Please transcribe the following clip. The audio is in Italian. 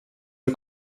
del